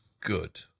good